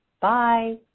Bye